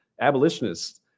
abolitionists